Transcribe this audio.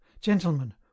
gentlemen